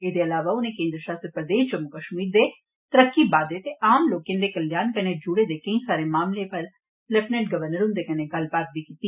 एहदे अलावा उन्नै केन्द्र शासित प्रदेश जम्मू कश्मीर दे तरक्की बाद्दे ते आम लोकें दे कल्याण कन्नै जुड़े दे केई सारे मामलें बारै लेफ्टिर्जेंट गवर्नर हंदे कन्नै गल्लबात बी कीती